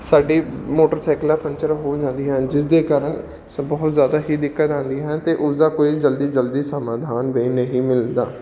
ਸਾਡੀ ਮੋਟਰਸਾਈਕਲਾਂ ਪੰਚਰ ਹੋ ਜਾਂਦੀਆਂ ਹਨ ਜਿਸਦੇ ਕਾਰਨ ਸ ਬਹੁਤ ਜ਼ਿਆਦਾ ਹੀ ਦਿੱਕਤ ਆਉਂਦੀਆਂ ਹਨ ਅਤੇ ਉਸਦਾ ਕੋਈ ਜਲਦੀ ਜਲਦੀ ਸਮਾਧਾਨ ਵੀ ਨਹੀਂ ਮਿਲਦਾ